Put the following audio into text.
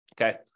Okay